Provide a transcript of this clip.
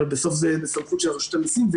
אבל בסוף זה בסמכות של רשות המיסים.